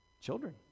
children